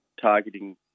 targeting